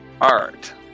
art